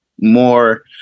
more